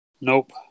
Nope